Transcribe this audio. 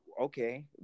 okay